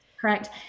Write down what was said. Correct